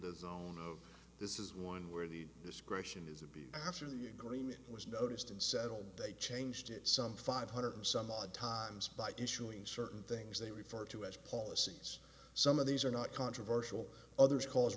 zone of this is one where the discretion is a b after the agreement was noticed and settled they changed it some five hundred some odd times by issuing certain things they refer to as policies some of these are not controversial others cause